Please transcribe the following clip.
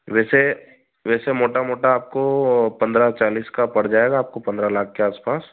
वैसे वैसे मोटा मोटा आपको पंद्रह चालीस का पड़ जाएगा आपको पंद्रह लाख के आसपास